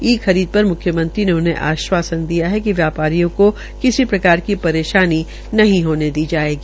ई खरीद पर मुख्यमंत्री ने उन्हें आश्वासन दिया है कि व्यापारियों को किसी प्रकार की परेशानी नहीं होने दी जायेगी